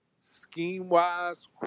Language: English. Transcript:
scheme-wise